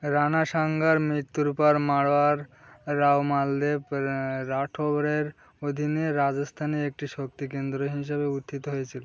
রানা সাঙ্গার মৃত্যুর পর মাড়োয়ার রাও মালদেব রা রাঠোরের অধীনে রাজস্থানে একটি শক্তি কেন্দ্রে হিসেবে উত্থিত হয়েছিলো